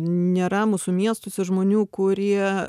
nėra mūsų miestuose žmonių kurie